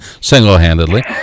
single-handedly